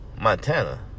Montana